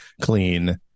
clean